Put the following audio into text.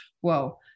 whoa